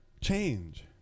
change